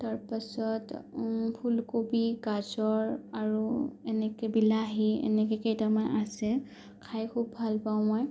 তাৰপাছত ফুলকবি গাজৰ আৰু এনেকৈ বিলাহী এনেকৈ কেইটামান আছে খাই খুব ভাল পাওঁ মই